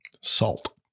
Salt